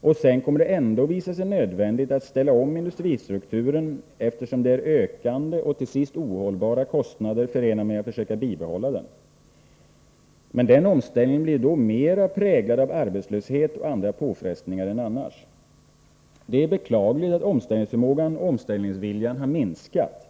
Och sedan kommer det ändå att visa sig nödvändigt att ställa om industristrukturen, eftersom det är ökande och till sist ohållbara kostnader förenade med att försöka bibehålla den. Men den omställningen blir då mera präglad av arbetslöshet och andra påfrestningar än annars. Det är beklagligt att omställningsförmågan och omställningsviljan minskat.